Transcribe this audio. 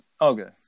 Okay